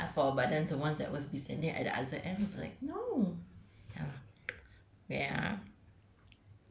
but then ya lah for but then the ones that was be standing at the answer end was like no ya where ah